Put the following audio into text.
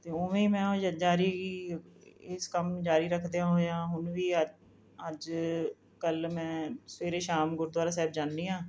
ਅਤੇ ਉਵੇਂ ਹੀ ਮੈਂ ਜਾਰੀ ਇਸ ਕੰਮ ਨੂੰ ਜਾਰੀ ਰੱਖਦਿਆਂ ਹੋਇਆਂ ਹੁਣ ਵੀ ਅੱ ਅੱਜ ਕੱਲ੍ਹ ਮੈਂ ਸਵੇਰੇ ਸ਼ਾਮ ਗੁਰਦੁਆਰਾ ਸਾਹਿਬ ਜਾਂਦੀ ਹਾਂ